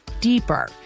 deeper